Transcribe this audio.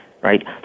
right